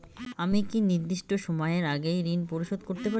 আমি কি নির্দিষ্ট সময়ের আগেই ঋন পরিশোধ করতে পারি?